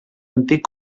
antic